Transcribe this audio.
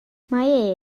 mae